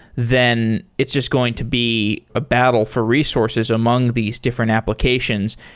then it's just going to be a battle for resources among these different applications.